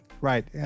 Right